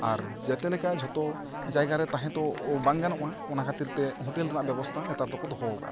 ᱟᱨ ᱡᱮᱛᱮ ᱞᱮᱠᱟ ᱡᱷᱚᱛᱚ ᱡᱟᱭᱜᱟ ᱨᱮ ᱛᱟᱦᱮᱸ ᱛᱚ ᱵᱟᱝ ᱜᱟᱱᱚᱜᱼᱟ ᱚᱱᱟ ᱠᱷᱟᱹᱛᱤᱨ ᱛᱮ ᱦᱚᱴᱮᱞ ᱨᱮᱱᱟᱜ ᱵᱮᱵᱚᱥᱛᱷᱟ ᱱᱮᱛᱟᱨ ᱫᱚᱠᱚ ᱫᱚᱦᱚᱠᱟᱫᱟ